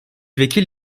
vekil